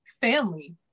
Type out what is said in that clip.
family